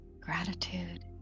gratitude